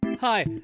Hi